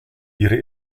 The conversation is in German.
ihre